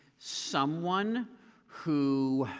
someone who